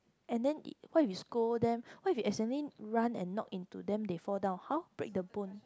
and then what if scold them what if you accidentally run and knock into them they fall down hor break the bone